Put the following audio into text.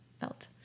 felt